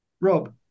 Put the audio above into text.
Rob